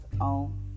on